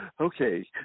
Okay